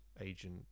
agent